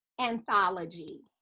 anthology